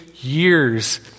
years